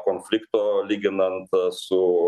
konflikto lyginant su